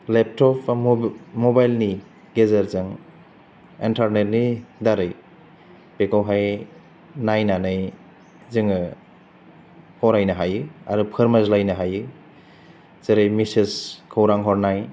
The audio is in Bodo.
लेपटफ बा मबाइलनि गेजेरजों एनटारनेथ नि दारै बेखौहाय नायनानै जोङो फरायनो हायो आरो फोरमायज्लायनो हायो जेरै मेसेज खौरां हरनाय